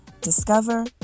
discover